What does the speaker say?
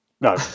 No